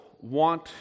want